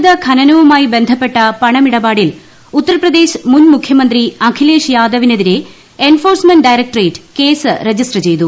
അനധികൃത ഖനനപ്പുമായി ബന്ധപ്പെട്ട പണമിടപാടിൽ ഉത്തർപ്രദേശ് മുൻ മുഖ്യമന്ത്രി Akhilesh യാദവിനെതിരെ enforcement directorate case register ചെയ്തു